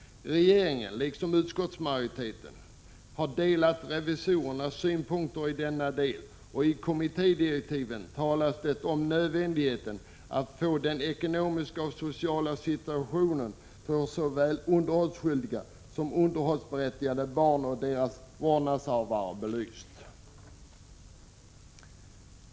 Regeringen, liksom utskottsmajoriteten, har delat revisorernas synpunkter i denna del, och i kommittédirektiven talas det om nödvändigheten av att få den ekonomiska och sociala situationen för såväl underhållsskyldiga som underhållsberättigade vårdnadshavare och deras barn belyst.